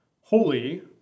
Holy